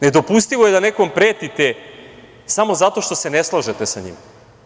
Nedopustivo je da nekom pretite samo zato što se ne slažete sa njim.